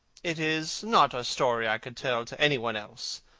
it is not a story i could tell to any one else.